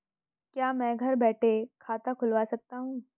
क्या मैं घर बैठे खाता खुलवा सकता हूँ?